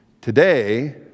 Today